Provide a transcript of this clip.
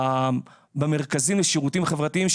במרכזים לשירותים חברתיים,